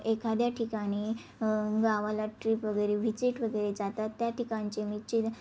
एखाद्या ठिकाणी गावाला ट्रीप वगैरे व्हिजिट वगैरे जातात त्या ठिकाणचे मी चि